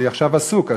אני עכשיו עסוק,